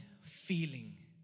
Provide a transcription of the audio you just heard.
feeling